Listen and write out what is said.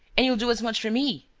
and you'll do as much for me.